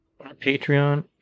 Patreon